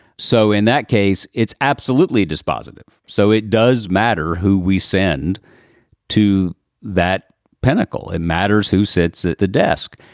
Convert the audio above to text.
so in that case, it's absolutely dispositive. so it does matter who we send to that pinnacle, it matters who sits at the desk.